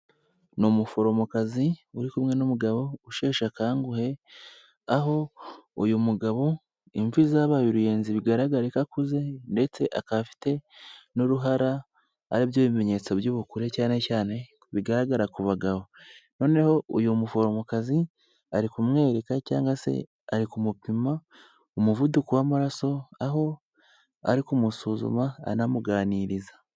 Ni umuforomokazi uri kumwe n'umugabo usheshe akanguhe, aho uyu mugabo imvi zabaye uruyenzi bigaragare ko akuze ndetse akaba afite n'uruhara, ari byo bimenyetso by'ubukure cyane cyane bigaragara ku bagabo. Noneho uyu muforomokazi ari kumwereka cyangwa se ari kumupima umuvuduko w'amaraso, aho ari kumusuzuma anamuganiriza.